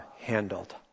handled